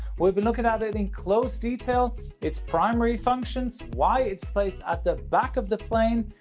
we'll be looking at it in close detail its primary functions, why it's placed at the back of the plane,